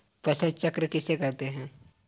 फसल चक्र किसे कहते हैं?